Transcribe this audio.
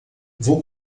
vou